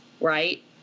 right